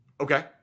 Okay